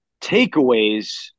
Takeaways